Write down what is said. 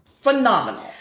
phenomenal